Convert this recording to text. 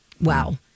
Wow